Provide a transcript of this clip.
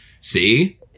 see